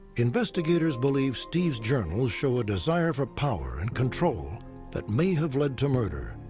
investigators believe steve's journals show a desire for power and control that may have led to murder.